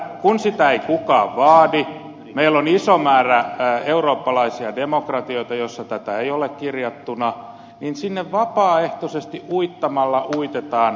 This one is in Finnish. kun sitä ei kukaan vaadi kun meillä on iso määrä eurooppalaisia demokratioita joissa tätä ei ole kirjattuna niin vapaaehtoisesti uittamalla uitetaan se tänne